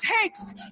takes